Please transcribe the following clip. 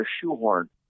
shoehorn